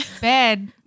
bed